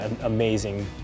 amazing